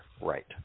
right